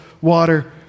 water